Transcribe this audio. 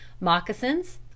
moccasins